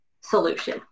solution